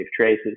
traces